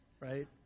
right